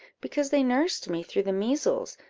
because they nursed me through the measles,